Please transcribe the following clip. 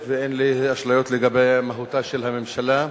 ואין לי אשליות לגבי מהותה של הממשלה.